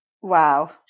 Wow